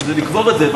זה לקבור את זה.